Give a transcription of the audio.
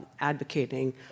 advocating